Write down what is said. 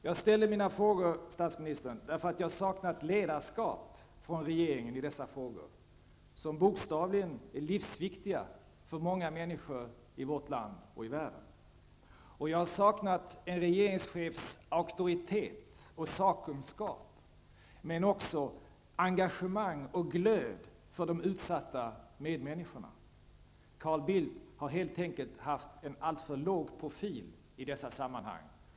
Jag ställde mina frågor, statsministern, därför att jag har saknat ett ledarskap från regeringen i dessa frågor, som bokstavligen är livsviktiga för många människor i vårt land och i världen. Jag har saknat en regeringschefs auktoritet och sakkunskap, men också engagemang och glöd för de utsatta medmänniskorna. Carl Bildt har helt enkelt haft en alltför låg profil i dessa sammanhang.